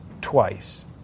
twice